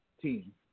team